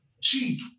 cheap